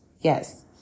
Yes